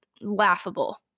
laughable